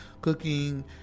cooking